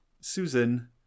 Susan